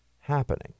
happening